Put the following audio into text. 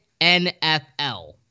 NFL